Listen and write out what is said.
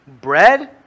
bread